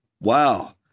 wow